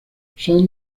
son